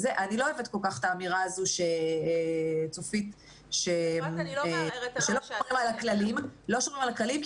אני לא אוהבת כל כך את האמירה הזאת שצופית שאומרת שלא שומרים על הכללים,